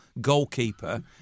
goalkeeper